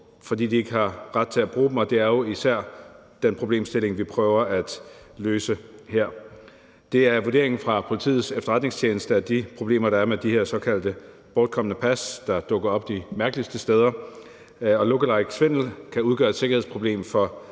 fordi de ikke har ret til at bruge dem, og det er jo især den problemstilling, vi prøver at løse her. Det er vurderingen fra Politiets Efterretningstjeneste af de problemer, der er med de her såkaldt bortkomne pas, der dukker op de mærkeligste steder, at look-alike-svindel kan udgøre et sikkerhedsproblem for